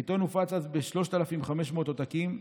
העיתון הופץ אז ב-3,500 עותקים,